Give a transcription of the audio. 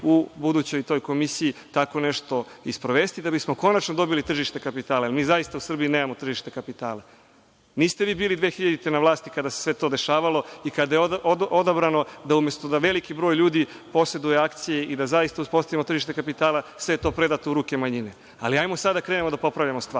u budućoj toj komisiji tako nešto sprovesti da bismo konačno dobili tržište kapitala. Mi zaista u Srbiji nemamo tržište kapitala. Niste vi bili 2000. godine na vlasti kada se sve to dešavalo i kada je odabrano da umesto da veliki broj ljudi poseduje akcije i zaista uspostavimo tržište kapitala sve je to predato u ruke manjine. Hajde sada da krenemo da popravljamo stvari.